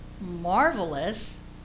marvelous